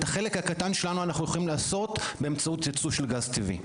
את החלק הקטן שלנו אנחנו יכולים לעשות באמצעות ייצוא של גז טבעי.